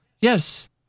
Yes